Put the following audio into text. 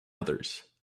others